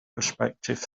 prospective